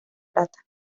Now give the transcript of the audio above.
plata